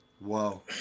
Wow